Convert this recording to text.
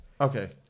Okay